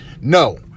No